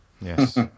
Yes